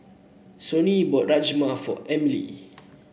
Sonji bought Rajma for Emilie